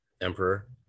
emperor